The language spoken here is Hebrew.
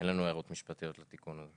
אין לנו הערות משפטיות לתיקון הזה.